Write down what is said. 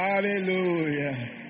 Hallelujah